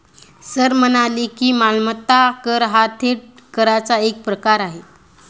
sir म्हणाले की, मालमत्ता कर हा थेट कराचा एक प्रकार आहे